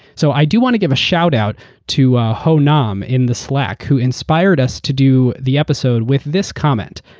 so i do want to give a shout out to honam in the slack who inspired us to do the episode with this comment,